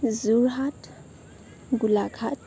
Jorhat Golaghat